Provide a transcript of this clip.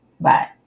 Bye